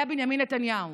היה בנימין נתניהו.